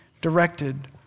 directed